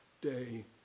day